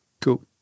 Cool